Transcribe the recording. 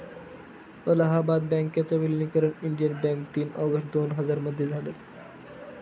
अलाहाबाद बँकेच विलनीकरण Indian bank तीन ऑगस्ट दोन हजार मध्ये झालं